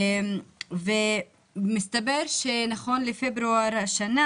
נכון לפברואר השנה